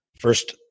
first